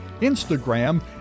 Instagram